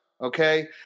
Okay